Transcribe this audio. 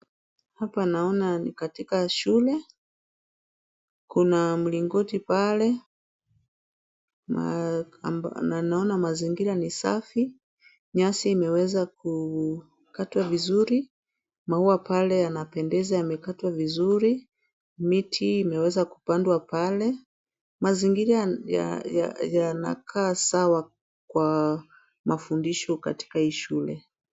Hapa naona ni katika shule. Kuna mlingoti pale na naona mazingira ni safi. Nyasi imeweza kukatwa vizuri, maua pale yanapendeza yamekatwa vizuri> Miti imeweza kupandwa pale. Mazingira yanakaa sawa kwa mafundisho katika hii shule.